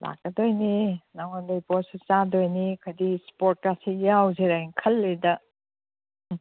ꯂꯥꯛꯀꯗꯣꯏꯅꯦ ꯅꯉꯣꯟꯗꯩ ꯄꯣꯠꯁꯨ ꯆꯥꯗꯣꯏꯅꯦ ꯑꯩꯈꯣꯏꯗꯤ ꯁ꯭ꯄꯣꯔꯠꯁꯀꯁꯤ ꯌꯥꯎꯁꯤꯔꯥ ꯍꯥꯏꯅ ꯈꯜꯂꯤꯗ ꯎꯝ